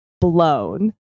blown